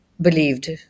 believed